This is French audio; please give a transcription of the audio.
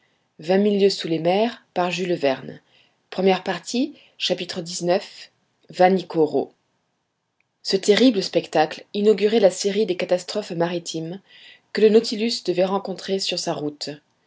sunderland xix vanikoro ce terrible spectacle inaugurait la série des catastrophes maritimes que le nautilus devait renconter sur sa route